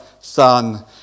Son